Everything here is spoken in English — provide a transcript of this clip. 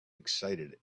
excited